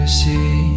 see